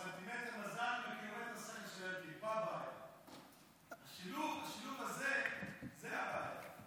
סנטימטר מזל וקילומטר שכל, השילוב הזה זה הבעיה.